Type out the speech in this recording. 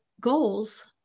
goals